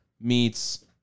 meets